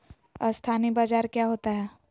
अस्थानी बाजार क्या होता है?